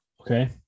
okay